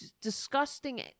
disgusting